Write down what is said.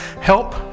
help